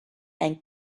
and